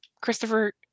Christopher